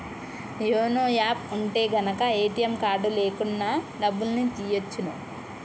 YONO app ఉంటె గనక ATM card లేకున్నా డబ్బుల్ని తియ్యచ్చును